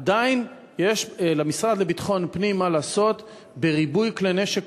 עדיין יש למשרד לביטחון פנים מה לעשות עם ריבוי כלי נשק,